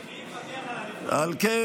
מי מפקח על הנבחרים?